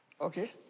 okay